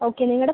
okay നിങ്ങളുടെ